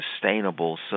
sustainable